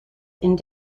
and